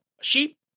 sheep